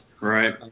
Right